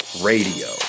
radio